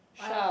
I